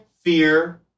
Fear